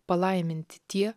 palaiminti tie